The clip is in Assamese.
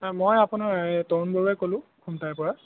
মই আপোনাৰ এই তৰুণ বৰুৱাই ক'লোঁ খমটাইৰ পৰা